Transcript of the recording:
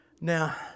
Now